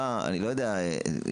הטיפול?